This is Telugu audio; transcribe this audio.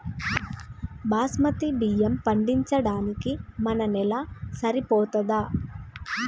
బాస్మతి బియ్యం పండించడానికి మన నేల సరిపోతదా?